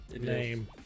name